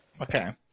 Okay